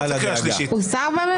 הוא שר בממשלה.